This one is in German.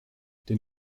den